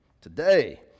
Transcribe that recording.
today